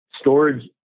Storage